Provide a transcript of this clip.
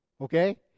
okay